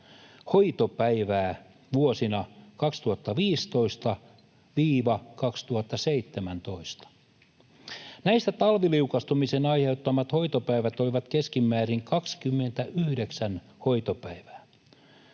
hoitopäivää vuosina 2015—2017. Näistä talviliukastumisien aiheuttamia hoitopäiviä oli keskimäärin 29 000 hoitopäivää